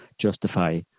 justify